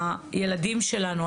הילדים שלנו,